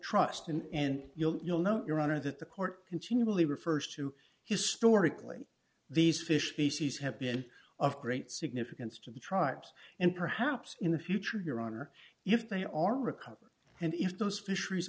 trust in you'll you'll note your honor that the court continually refers to historically these fish species have been of great significance to the tribes and perhaps in the future your honor if they are recovered and if those fisheries